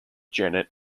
janet